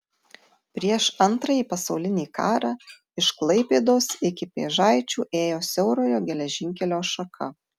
prieš antrąjį pasaulinį karą iš klaipėdos iki pėžaičių ėjo siaurojo geležinkelio šaka